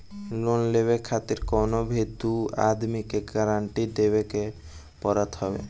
loan लेवे खातिर कवनो भी दू आदमी के गारंटी देवे के पड़त हवे